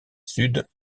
sud